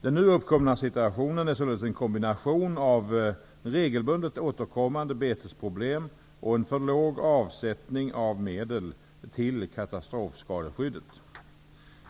Den nu uppkomna situationen är således en kombination av regelbundet återkommande betesproblem och en för låg avsättning av medel till katastrofskadeskyddet.